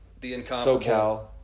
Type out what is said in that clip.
SoCal